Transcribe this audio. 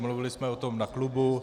Mluvili jsme o tom na klubu.